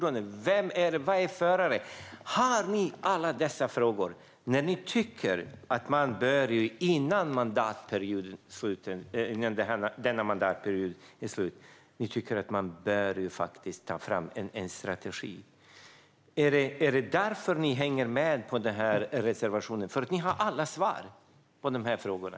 Vem är förare? Har ni svar på alla dessa frågor när ni tycker att man innan denna mandatperiods slut bör ta fram en strategi? Är det därför ni hänger med på reservationen - för att ni har alla svar på frågorna?